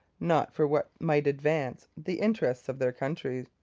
not for what might advance the interests of their country.